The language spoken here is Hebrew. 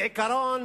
בעיקרון